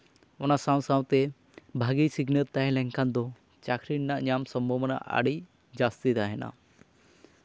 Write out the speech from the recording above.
ᱚᱱᱟ ᱥᱟᱶ ᱥᱟᱶᱛᱮ ᱵᱷᱟᱹᱜᱤ ᱥᱤᱠᱷᱱᱟᱹᱛ ᱛᱟᱦᱮᱸ ᱞᱮᱱᱠᱷᱟᱱ ᱫᱚ ᱪᱟᱹᱠᱨᱤ ᱨᱮᱱᱟᱜ ᱧᱟᱢ ᱥᱚᱢᱵᱷᱚᱵᱚᱱᱟ ᱟᱹᱰᱤ ᱡᱟᱹᱥᱛᱤ ᱛᱟᱦᱮᱱᱟ